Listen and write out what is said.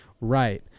right